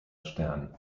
stern